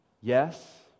yes